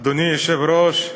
אדוני היושב-ראש,